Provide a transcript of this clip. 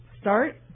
start